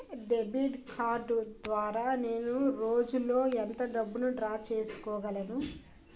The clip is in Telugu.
డెబిట్ కార్డ్ ద్వారా నేను రోజు లో ఎంత డబ్బును డ్రా చేయగలను?